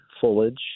foliage